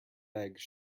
eggs